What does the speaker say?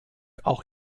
auch